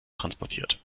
transportiert